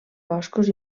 boscos